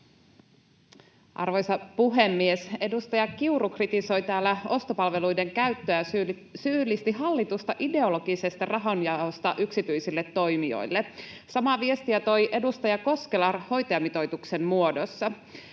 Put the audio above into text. Arvoisa puhemies! Edustaja Kiuru kritisoi täällä ostopalveluiden käyttöä ja syyllisti hallitusta ideologisesta rahanjaosta yksityisille toimijoille. Samaa viestiä toi edustaja Koskela hoitajamitoituksen muodossa.